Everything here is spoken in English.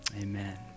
Amen